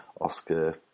Oscar